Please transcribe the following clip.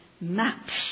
maps